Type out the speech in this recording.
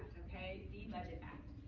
ok? the budget act.